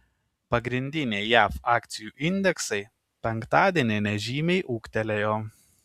pagrindiniai jav akcijų indeksai penktadienį nežymiai ūgtelėjo